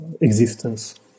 existence